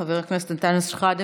חבר הכנסת אנטאנס שחאדה,